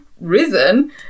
risen